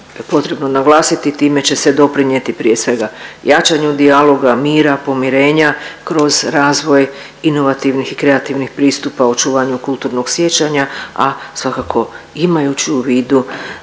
potrebno naglasiti, time će se doprinjeti prije svega jačanju dijaloga, mira, pomirenja, kroz razvoj inovativnih i kreativnih pristupa u očuvanju kulturnog sjećanja, a svakako imajući u vidu